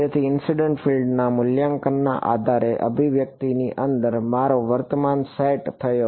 તેથી incident field ના મૂલ્યના આધારે અભિવ્યક્તિની અંદર મારો વર્તમાન સેટ થયો